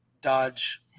dodge